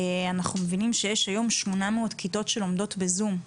אנחנו מבינים שיש היום 800 כיתות שלומדות בזום.